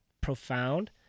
Profound